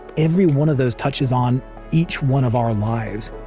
every one of those touches on each one of our lives.